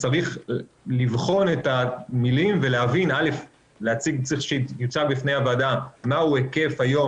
צריך לבחון את המילים וצריך להציג בפני הוועדה מהו ההיקף היום,